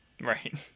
Right